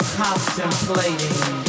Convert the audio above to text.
contemplating